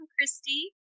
Christy